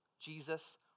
Jesus